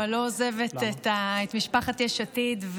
אבל לא עוזבת את משפחת יש עתיד,